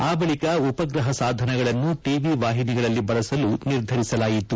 ಆ ಬಳಿಕ ಉಪ್ರಹ ಸಾಧನಗಳನ್ನು ಟಿವಿ ವಾಹಿನಿಗಳಲ್ಲಿ ಬಳಸಲು ನಿರ್ಧರಿಸಲಾಯಿತು